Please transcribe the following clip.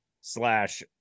slash